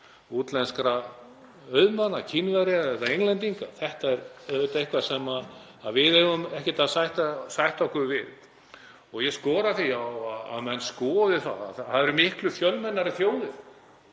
útlenskra auðmanna, Kínverja eða Englendinga. Þetta er eitthvað sem við eigum ekkert að sætta okkur við. Ég skora á menn að skoða það. Það eru miklu fjölmennari þjóðir